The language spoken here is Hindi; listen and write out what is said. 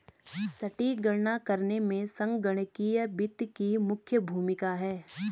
सटीक गणना करने में संगणकीय वित्त की मुख्य भूमिका है